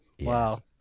Wow